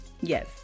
Yes